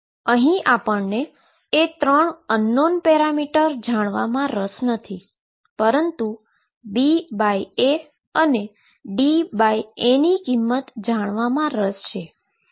અહીં આપણને એ ત્રણ અજાણ્યા પેરામીટર જાણવામાં રસ નથી પરંતુ BA અને DA ની કિંમત જાણવામાં રસ છે